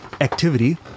activity